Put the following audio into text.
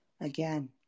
Again